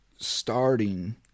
starting